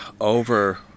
over